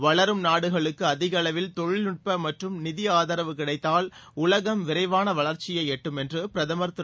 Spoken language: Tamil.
வளரும் நாடுகளுக்கு அதிகஅளவில் தொழில்நுட்ப மற்றும் நிதி ஆதரவு கிடைத்தால் உலகம் விரைவாள வளர்ச்சியை எட்டும் என்று பிரதமர் திரு